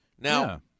Now